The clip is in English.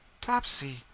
Topsy